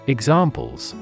Examples